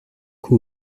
coup